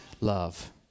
love